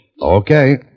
Okay